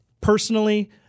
personally